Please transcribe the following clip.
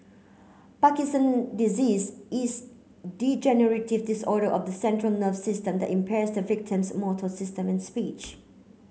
Parkinson Disease is degenerative disorder of the central nerve system that impairs the victim's motor system and speech